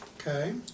Okay